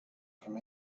from